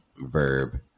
verb